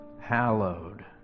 hallowed